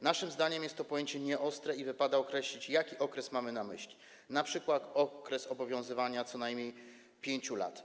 Naszym zdaniem jest to pojęcie nieostre - wypada określić, jaki okres mamy na myśli, np. okres obowiązywania co najmniej 5 lat.